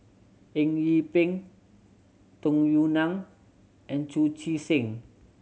Eng Yee Peng Tung Yue Nang and Chu Chee Seng